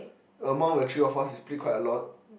amount where three of us we split quite a lot